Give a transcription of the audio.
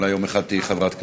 אולי יום אחד תהיי חברת כנסת,